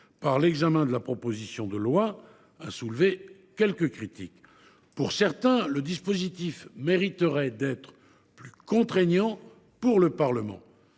par l’examen de la proposition de loi a soulevé quelques critiques. Pour certains, le dispositif mériterait d’être plus contraignant pour le Parlement.